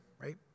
right